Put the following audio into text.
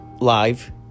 live